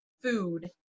food